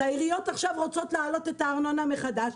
העיריות עכשיו רוצות להעלות את הארנונה מחדש,